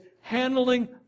handling